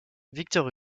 victor